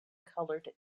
colored